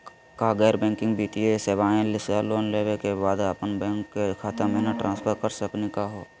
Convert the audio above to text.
का गैर बैंकिंग वित्तीय सेवाएं स लोन लेवै के बाद अपन बैंको के खाता महिना ट्रांसफर कर सकनी का हो?